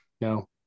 No